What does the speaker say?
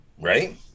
right